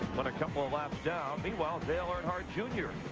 but a couple of laps down. meanwhile, dale earnhardt jr,